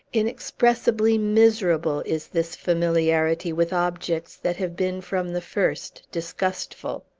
inexpressibly miserable is this familiarity with objects that have been from the first disgustful.